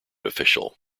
official